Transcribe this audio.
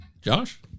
josh